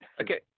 Okay